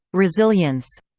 resilience